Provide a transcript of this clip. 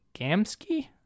gamsky